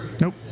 Nope